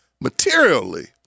materially